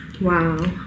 Wow